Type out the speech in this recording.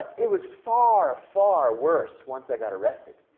it was far, far worse once i got arrested.